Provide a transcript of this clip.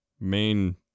main